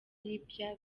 libya